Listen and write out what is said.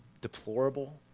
deplorable